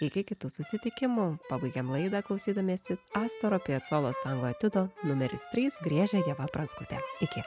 iki kitų susitikimų pabaigiam laidą klausydamiesi astoro piecolos tango etiudo numeris trys griežia ieva pranskutė iki